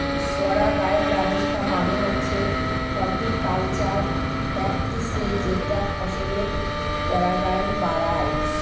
পরাগায়ন ব্যবস্থা মানে হচ্ছে হর্টিকালচারাল প্র্যাকটিসের যেটা ফসলের পরাগায়ন বাড়ায়